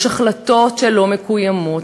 יש החלטות שלא מקוימות,